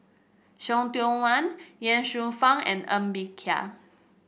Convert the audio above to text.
See Tiong Wah Ye Shufang and Ng Bee Kia